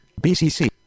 BCC